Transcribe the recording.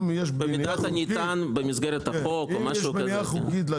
אם יש מניעה חוקית --- במקרה שנטען במסגרת החוק,